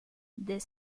des